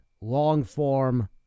long-form